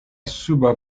suba